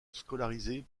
scolarisé